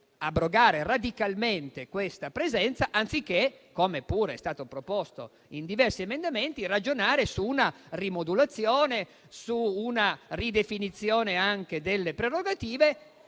abrogare radicalmente questa presenza anziché, come pure è stato proposto in diversi emendamenti, ragionare su una rimodulazione e su una ridefinizione delle loro prerogative,